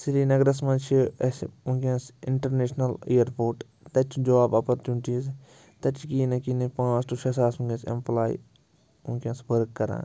سرینَگرَس منٛز چھِ اَسہِ وٕنۍکٮ۪نَس اِنٹَرنیشنَل اِیَرپوٹ تَتہِ چھُ جاب اَپرچُنٹیٖز تَتہِ چھِ کِہیٖنۍ نَے کِہیٖنۍ نَے پانٛژھ ٹُہ شےٚ ساس وٕنۍکٮ۪نَس اٮ۪مپُلاے وٕنۍکٮ۪نَس ؤرٕک کَران